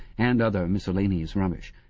and other miscellaneous rubbish.